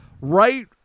Right